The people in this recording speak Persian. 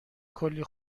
کلی